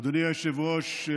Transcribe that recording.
אדוני היושב-ראש,